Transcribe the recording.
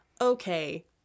okay